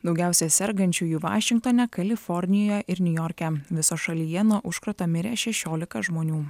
daugiausiai sergančiųjų vašingtone kalifornijoje ir niujorke viso šalyje nuo užkrato mirė šešiolika žmonių